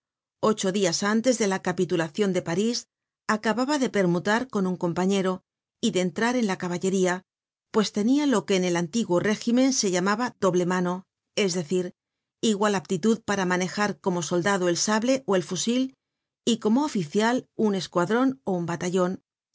ocho dias antes de la capitulacion de parís acababa de permutar con un compañero y de entrar en la caballería pues tenia lo que en el antiguo régimen se llamaba doble mano es decir igual aptitud para manejar como soldado el sable ó el fusil y como oficial un escuadron ó un batallon